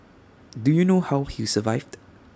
do you know how he survived